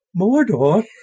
Mordor